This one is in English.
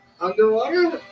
Underwater